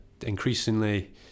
increasingly